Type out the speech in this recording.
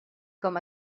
com